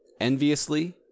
enviously